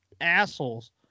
assholes